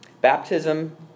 Baptism